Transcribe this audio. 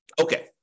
Okay